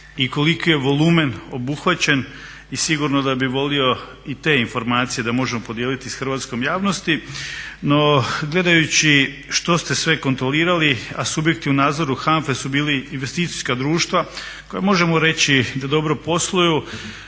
i koliki je volumen obuhvaćen i sigurno da bih volio i te informacije da možemo podijeliti sa hrvatskom javnosti. No, gledajući što ste sve kontrolirali, a subjekti u nadzoru HANFA-e su bili investicijska društva koja možemo reći da dobro posluju,